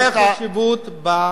משרד הבריאות רואה חשיבות,